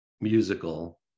musical